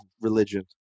religion